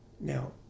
Now